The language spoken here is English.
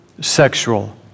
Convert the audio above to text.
sexual